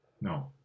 No